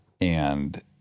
And-